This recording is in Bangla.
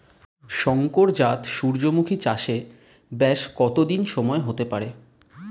শংকর জাত সূর্যমুখী চাসে ব্যাস কত সময় হতে পারে?